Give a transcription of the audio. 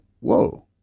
whoa